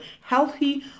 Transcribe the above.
healthy